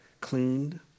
cleaned